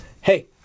hey